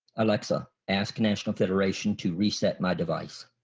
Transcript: alexa ask national federation to reset my device,